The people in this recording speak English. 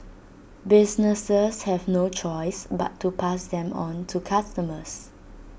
businesses have no choice but to pass them on to customers